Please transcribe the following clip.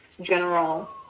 general